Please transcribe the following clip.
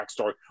backstory